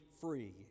free